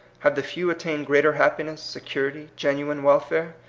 have the few at tained greater happiness, security, genuine welfare?